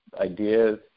ideas